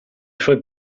suoi